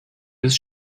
his